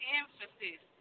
emphasis